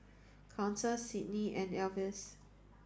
Council Sydni and Alvis